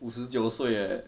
五十九岁 leh